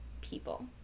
people